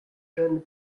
jeunes